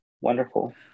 wonderful